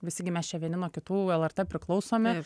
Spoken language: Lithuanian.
visi gi mes čia vieni nuo kitų lrt priklausomi